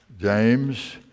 James